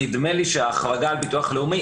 נדמה לי שההחרגה של ביטוח לאומי,